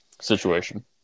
situation